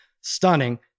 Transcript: Stunning